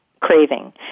craving